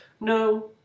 No